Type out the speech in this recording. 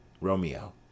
Romeo